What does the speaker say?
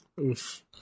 Oof